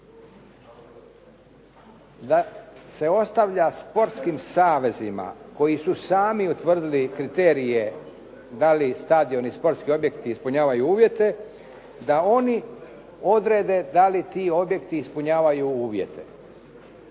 da se ostavlja sportskim savezima koji su sami utvrdili kriterije da li stadioni i sportski objekti ispunjavaju uvjete da oni odrede da li ti objekti ispunjavaju uvjete.